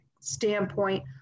standpoint